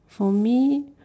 for me